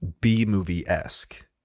B-movie-esque